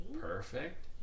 perfect